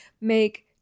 make